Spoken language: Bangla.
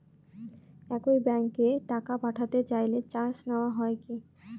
একই ব্যাংকে টাকা পাঠাতে চাইলে চার্জ নেওয়া হয় কি?